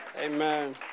Amen